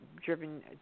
Driven